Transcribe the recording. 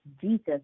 Jesus